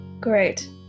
Great